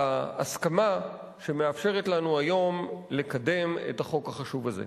להסכמה שמאפשרת לנו היום לקדם את החוק החשוב הזה.